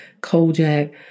Kojak